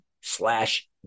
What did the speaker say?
slash